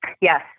Yes